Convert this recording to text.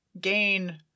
gain